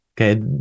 Okay